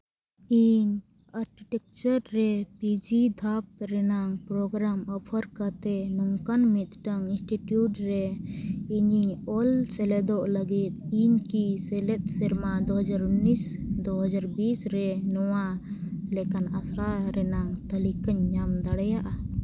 ᱤᱧ ᱟᱨᱪᱤᱴᱮᱠᱪᱟᱨ ᱨᱮ ᱯᱤᱡᱤ ᱫᱷᱟᱯ ᱨᱮᱱᱟᱜ ᱯᱨᱳᱜᱨᱟᱢ ᱚᱯᱷᱟᱨ ᱠᱟᱛᱮᱫ ᱱᱚᱝᱠᱟᱱ ᱢᱤᱫᱴᱟᱝ ᱤᱱᱥᱴᱤᱴᱤᱭᱩᱴ ᱨᱮ ᱤᱧᱤᱧ ᱚᱞ ᱥᱮᱞᱮᱫᱚᱜ ᱞᱟᱹᱜᱤᱫ ᱤᱧ ᱠᱤ ᱥᱮᱞᱮᱫ ᱥᱮᱨᱢᱟ ᱫᱩᱦᱟᱡᱟᱨ ᱩᱱᱤᱥ ᱫᱩ ᱦᱟᱡᱰᱟᱨ ᱵᱤᱥ ᱨᱮ ᱱᱚᱣᱟ ᱞᱮᱠᱟᱱ ᱟᱥᱲᱟ ᱨᱮᱱᱟᱜ ᱛᱟᱹᱞᱤᱠᱟᱧ ᱧᱟᱢ ᱫᱟᱲᱮᱭᱟᱜᱼᱟ